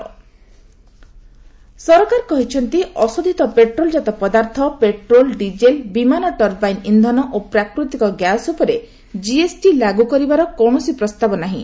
FM ସରକାର କହିଛନ୍ତି ଅଶୋଧିତ ପେଟ୍ରୋଲ ଜାତ ପଦାର୍ଥ ପେଟ୍ରୋଲ ଡିଜେଲ ବିମାନ ଟର୍ବାଇନ୍ ଇନ୍ଧନ ଓ ପ୍ରାକୃତିକ ଗ୍ୟାସ ଉପରେ ଜିଏସ୍ଟି ଲାଗୁ କରିବାର କୌଣସି ପ୍ରସ୍ତାବ ନାହିଁ